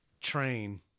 train